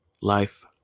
Life